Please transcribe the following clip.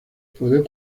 pueden